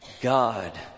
God